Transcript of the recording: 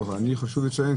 חשוב לי לציין,